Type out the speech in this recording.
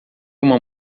uma